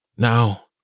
now